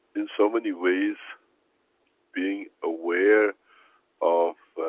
in so many ways being aware of.